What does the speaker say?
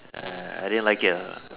eh I didn't like it a lot uh